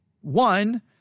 one